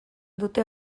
dute